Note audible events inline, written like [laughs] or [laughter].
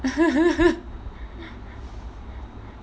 [laughs]